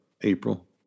April